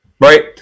right